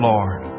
Lord